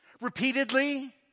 repeatedly